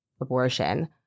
abortion